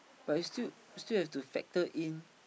but is still still has to factor in